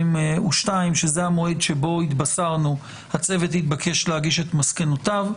שזה המועד שבו התבשרנו שהצוות התבקש להגיש את מסקנותיו.